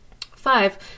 Five